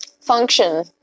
function